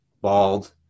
bald